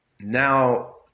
Now